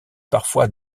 parfois